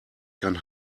kann